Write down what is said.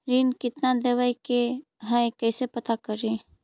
ऋण कितना देवे के है कैसे पता करी?